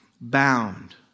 bound